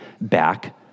back